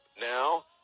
Now